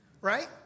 right